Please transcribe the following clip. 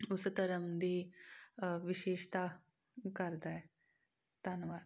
ਉਸ ਧਰਮ ਦੀ ਵਿਸ਼ੇਸ਼ਤਾ ਕਰਦਾ ਹੈ ਧੰਨਵਾਦ